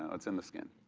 ah it's in the skin.